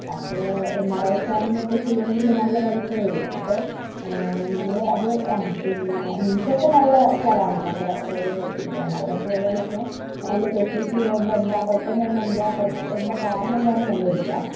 അപ്പോൾ M R I scanning ഒക്കെ ചെയ്യണമെങ്കിൽ നല്ല പൈസ വരും അപ്പോൾ നിങ്ങൾ അത് ആ പിന്നെ മിംസ് ഒക്കെ നല്ല സ്ഥലമാണ് നല്ല ഒരു ഹോസ്പിറ്റൽ ആണ് അവിടെ പോയാലൊക്കെ നല്ല ഫെസിലിറ്റി ഉള്ളതുകൊണ്ട് എന്താണ് പെട്ടെന്നുതന്നെ എന്താണ് പറ്റി എന്താണ് കാരണം എന്താണെന്ന് കണ്ട് പിടിക്കാം